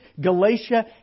Galatia